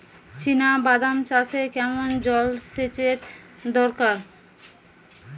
চিনাবাদাম চাষে কেমন জলসেচের দরকার?